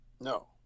No